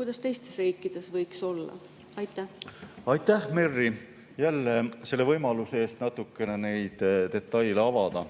kuidas teistes riikides võiks olla? Aitäh, Merry, jälle selle võimaluse eest natukene neid detaile avada!